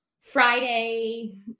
friday